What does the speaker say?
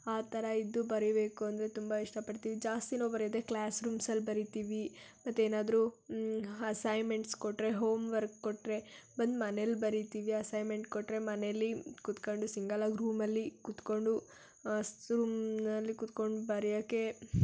ಆ ಥರ ಇದ್ದು ಬರೀಬೇಕು ಅಂದರೆ ತುಂಬ ಇಷ್ಟಪಡ್ತೀವಿ ಜಾಸ್ತಿ ನಾವು ಬರೀಯೋದೇ ಕ್ಲಾಸ್ರೂಮ್ಸಲ್ಲಿ ಬರೀತೀವಿ ಮತ್ತೇನಾದ್ರೂ ಅಸೈನ್ಮೆಂಟ್ಸ್ ಕೊಟ್ಟರೆ ಹೋಮ್ವರ್ಕ್ ಕೊಟ್ಟರೆ ಬಂದು ಮನೇಲಿ ಬರೀತೀವಿ ಅಸೈನ್ಮೆಂಟ್ ಕೊಟ್ಟರೆ ಮನೇಲಿ ಕೂತ್ಕೊಂಡು ಸಿಂಗಲ್ಲಾಗಿ ರೂಮಲ್ಲಿ ಕೂತ್ಕೊಂಡು ಸುಮ್ಮನಲ್ಲಿ ಕೂತ್ಕೊಂಡು ಬರೀಯೋಕೆ